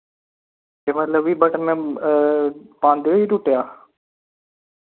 कि मतलब कि बटन पांदे होई टुट्टेआ